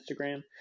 Instagram